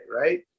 right